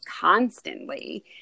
constantly